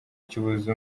kibuze